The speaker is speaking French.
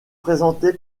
présentée